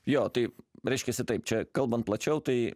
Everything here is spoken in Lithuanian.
jo tai reiškiasi taip čia kalbant plačiau tai